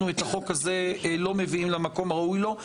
את החוק הזה לא מביאים למקום הראוי לו,